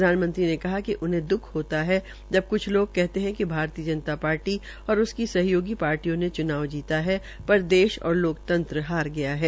प्रधानमंत्री ने कहा कि उन्हें द्ख होता है जब क्छ लोग कहते है भारतीय जनता पार्टी और इसकी सहयोगी पार्टियों ने च्नाव जीता है पर देश और लोकतंत्र हार गया है